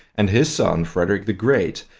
and his son frederick the great',